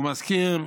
הוא מזכיר,